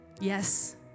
Yes